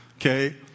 okay